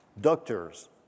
doctors